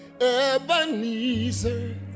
Ebenezer